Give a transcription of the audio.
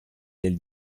del